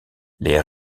les